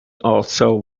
also